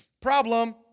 Problem